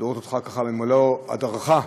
לראות אותך במלוא הֲדָרְךָ,